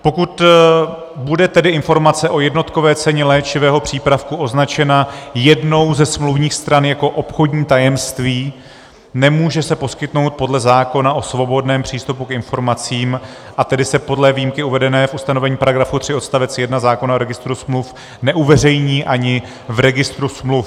Pokud bude tedy informace o jednotkové ceně léčivého přípravku označena jednou ze smluvních stran jako obchodní tajemství, nemůže se poskytnout podle zákona o svobodném přístupu k informacím, a tedy se podle výjimky uvedené v ustanovení § 3 odst. 1 zákona o registru smluv neuveřejní ani v registru smluv.